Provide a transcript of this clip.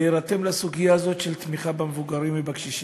להירתם לסוגיה הזאת של תמיכה במבוגרים ובקשישים.